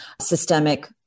systemic